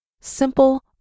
simple